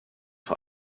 vor